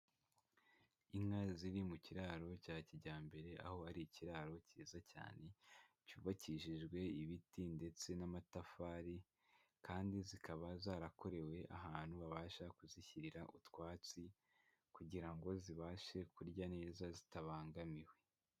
Inka ziri mu kiraro cya kijyambere, aho ari ikiraro cyiza cyane, cyubakishijwe ibiti ndetse n'amatafari, kandi zikaba zarakorewe ahantu babasha kuzishyirira utwatsi, kugira ngo zibashe kurya neza zitabangamiwe.